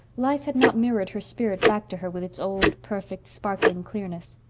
life had not mirrored her spirit back to her with its old, perfect, sparkling clearness.